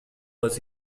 was